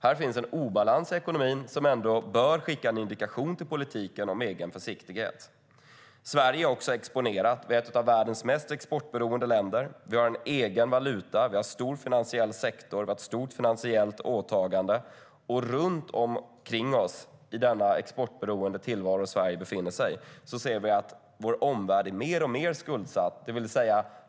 Här finns en obalans i ekonomin som ändå bör skicka en indikation till politiken om egen försiktighet. Sverige är också exponerat. Vi är ett av världens mest exportberoende länder. Vi har en egen valuta, stor finansiell sektor och ett stort finansiellt åtagande. Runt omkring oss i den exportberoende tillvaro där Sverige befinner sig ser vi att vår omvärld är alltmer skuldsatt.